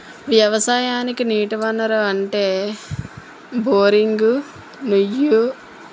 వ్యవసాయానికి నీటి వనరు అంటే బోరింగు నుయ్యి